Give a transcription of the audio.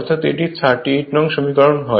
অর্থাৎ এটি 38নং সমীকরণ হয়